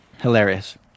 Hilarious